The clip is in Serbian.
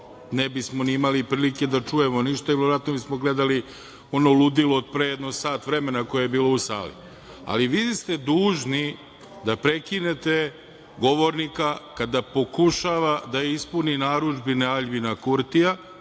ne bismo ni imali prilike da čujemo ništa i verovatno bismo gledali ono ludilo od pre sat vremena koje je bilo u sali, ali vi ste dužni da prekinete govornika kada pokušava da ispuni narudžbine Aljbina Kurtija,